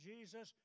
Jesus